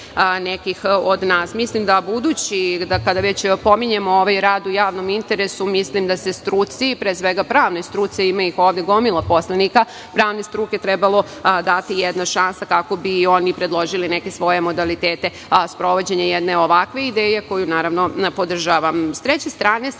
nekih od nas. Mislim da kada već pominjemo ovaj rad u javnom interesu, mislim da se struci, pre svega pravnoj struci, a ima ih ovde gomila poslanika pravne struke, trebalo dati jedna šansa kako bi i oni predložili neke svoje modalitete sprovođenja jedne ovakve ideje koju, naravno, podržavam.S treće strane,